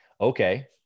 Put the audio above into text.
okay